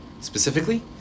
specifically